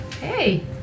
Hey